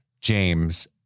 James